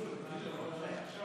ביילס,